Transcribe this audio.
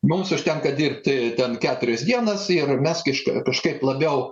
mums užtenka dirbti ten keturias dienas ir mes kišk kažkaip labiau